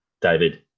David